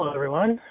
ah everyone.